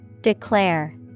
Declare